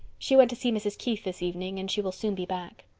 she went to see mrs. keith this evening and she will soon be back.